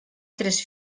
tres